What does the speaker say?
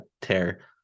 tear